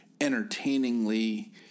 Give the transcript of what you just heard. entertainingly